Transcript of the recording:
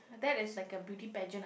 that is like a beauty pageant ah